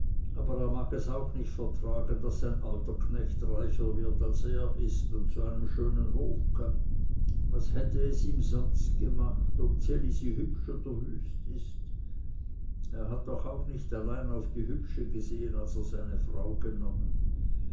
aber er mag es auch nicht vertragen daß sein alter knecht reicher wird als er ist und zu einem schönen hof kömmt was hätte es ihm sonst gemacht ob ds elisi hübsch oder wüst ist er hat doch auch nicht allein auf die hübschi gesehen als er seine frau genommen